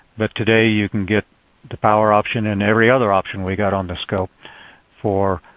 but today you can get the power option and every other option we got on the scope for